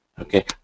okay